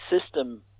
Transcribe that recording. system